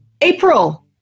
April